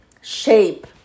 shape